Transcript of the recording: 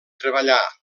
treballà